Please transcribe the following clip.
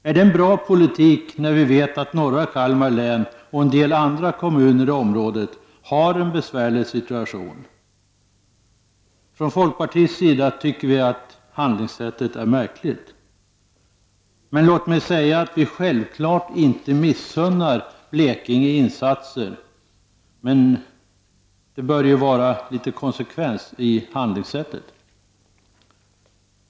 Är det en bra politik när vi vet att norra Kalmar län och en del andra kommuner i området har en besvärlig situation? Från folkpartiets sida tycker vi att det är ett märkligt handlingssätt. Låt mig säga att vi självfallet inte missunnar Blekinge insatser, men det måste finnas litet konsekvens i handlingssättet.